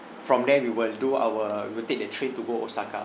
from there we will do our we'll take the train to go osaka